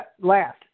last